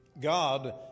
God